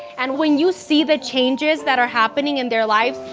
and when you see the changes that are happening in their lives,